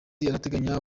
arateganya